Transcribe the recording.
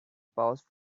paused